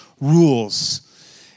rules